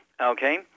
Okay